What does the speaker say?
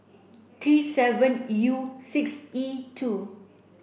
T seven U six E two